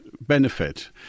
benefit